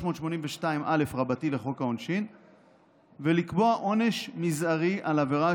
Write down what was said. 382א לחוק העונשין ולקבוע עונש מזערי על עבירה